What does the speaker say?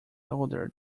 older